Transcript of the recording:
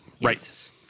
Right